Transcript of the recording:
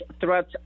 threats